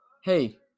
Hey